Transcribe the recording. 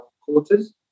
quarters